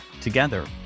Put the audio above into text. Together